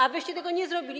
A wyście tego nie zrobili.